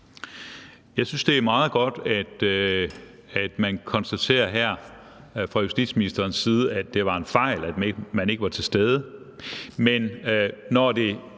Jeg synes, det er meget godt, at man konstaterer her fra justitsministerens side, at det var en fejl, at man ikke var til stede.